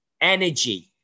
energy